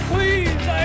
Please